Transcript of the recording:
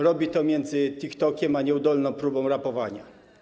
Robi to między TikTokiem a nieudolną próbą rapowania.